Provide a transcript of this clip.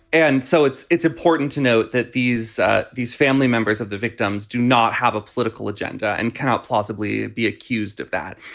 and so it's it's important to note that these these family members of the victims do not have a political agenda and cannot plausibly be accused of that.